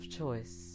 choice